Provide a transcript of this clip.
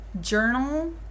journal